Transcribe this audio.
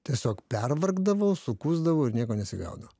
tiesiog pervargdavau sukūsdavau ir nieko nesigaudavo